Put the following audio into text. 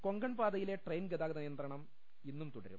കൊങ്കൺപാതയിലെ ട്രെയിൻഗതാഗത നിയന്ത്രണം ഇന്നും തുട രും